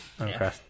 Okay